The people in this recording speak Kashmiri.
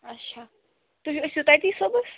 اَچھا تُہۍ ٲسِوا تٔتی صُبحَس